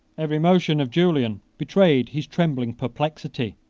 every motion of julian betrayed his trembling perplexity.